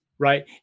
Right